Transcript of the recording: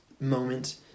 moment